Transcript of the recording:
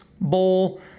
Bowl